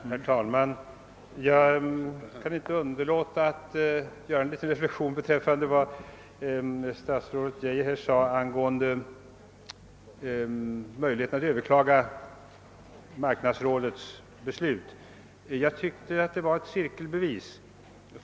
Herr talman! Jag kan inte underlåta att göra en liten reflexion med anledning av vad statsrådet Geijer sade angående möjlighet att överklaga marknadsrådets beslut. Jag tycker det var ett cirkelbevis.